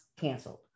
canceled